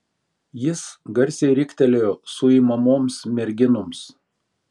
jis garsiai riktelėjo suimamoms merginoms